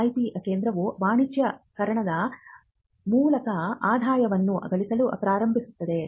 IP ಕೇಂದ್ರವು ವಾಣಿಜ್ಯೀಕರಣದ ಮೂಲಕ ಆದಾಯವನ್ನು ಗಳಿಸಲು ಪ್ರಾರಂಭಿಸುತ್ತದೆ